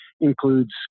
includes